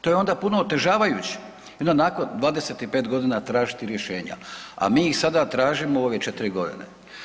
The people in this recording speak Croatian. To je onda puno otežavajuće i onda nakon 25 godina tražiti rješenja, a mi ih sada tražimo u ove 4 godine.